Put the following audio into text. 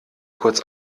kurz